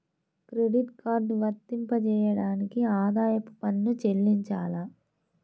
Credit card వర్తింపజేయడానికి ఆదాయపు పన్ను చెల్లించాలా?